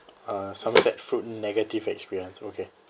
uh somerset fruit negative experience okay